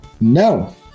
No